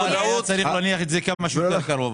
צריך להניח את זה כמה שיותר קרוב.